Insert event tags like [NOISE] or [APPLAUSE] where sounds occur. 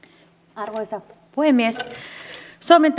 arvoisa puhemies suomen [UNINTELLIGIBLE]